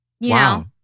Wow